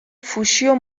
fusio